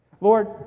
Lord